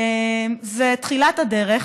זה תחילת הדרך,